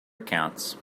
accounts